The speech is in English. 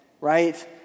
right